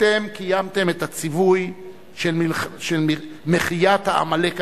אתם קיימתם את הציווי של מחיית העמלק הנאצי.